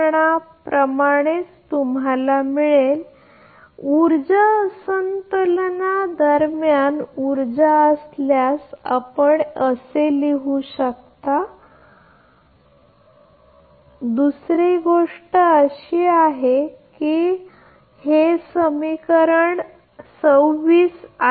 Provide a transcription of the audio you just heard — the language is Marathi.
हे तुमच्या उजव्या बाजूला तर आणि हे या बाजूलाआणि जर तुम्ही नुकसान याकडे दुर्लक्ष केले तर याचा अर्थ असा की ऊर्जा समतोल समीकरण प्रत्यक्षात समान समीकरण आपल्या समीकरणाइतकेच तुम्हाला मिळेल की ऊर्जा असंतुलन दरम्यान ऊर्जा असल्यास आपण असे लिहू शकता आणि आणि दुसरी गोष्ट ही आहे की आपण पाहिली आहे